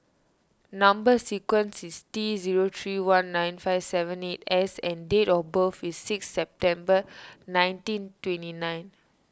Number Sequence is T zero three one nine five seven eight S and date of birth is sixth September nineteen twenty nine